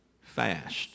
fast